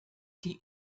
die